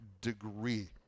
degree